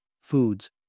foods